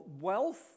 wealth